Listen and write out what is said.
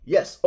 Yes